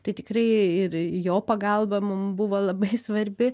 tai tikrai ir jo pagalba mum buvo labai svarbi